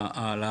לדעתי,